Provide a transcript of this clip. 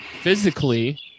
physically